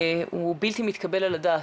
הוא בלתי מתקבל על הדעת.